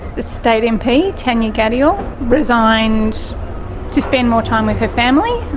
the state mp tanya gadiel resigned to spend more time with her family.